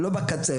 לא בקצה,